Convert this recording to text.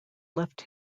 left